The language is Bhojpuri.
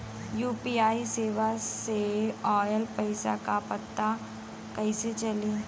यू.पी.आई सेवा से ऑयल पैसा क पता कइसे चली?